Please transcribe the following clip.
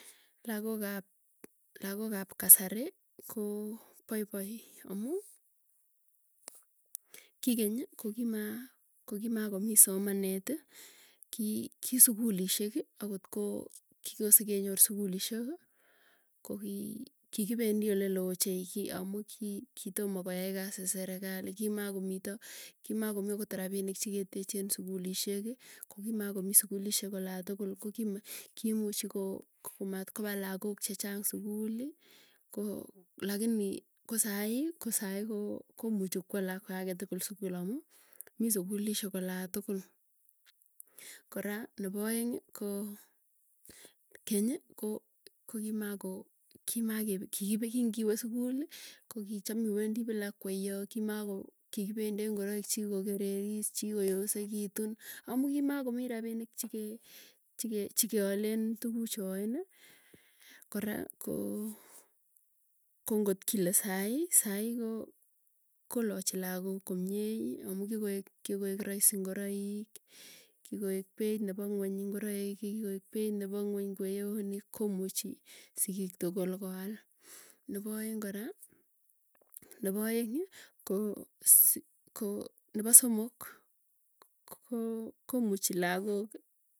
Lakook ap kasari ko paipai amuu kikeny kokii makomi somaneti, kisukulisheki akot ko kikosekenyor sukulishek ko kikipendii oleloo ochei, amuu kitoma kwai kasi serekali, kimakomito kimakomii akot rapinik cheketechen sukulisheki kokimakomii sukulishek olatukul, kokimuchi koo komatkopa lagook chechang sukul lakini ko sai, ko sai komuchi kwaa lakwe ake tukul sukul amuu, mii sukulishek olatukul. Koraa nepoeng, ko keny kokimako kikiwe sukul iwendi bila kweiyoo kimako kikipendi ak ingoik chikikokereris, chikikoyosekitun, amuu kimagomii rapinik chekee chekealen tukuuk. choeni. Korako ngotkile sai sai ko kolachi lagook komie amuu kikoek raisi ngoroik, kikoek peit nepo infweny ngoroik kikoek nepo ingweny kweonik, komuchi, sikiik tugul kwaal. Nepo aeng kora nepoaeng ko nepo somok koo komuchi lagooki.